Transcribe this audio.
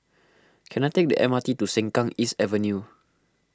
can I take the M R T to Sengkang East Avenue